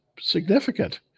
significant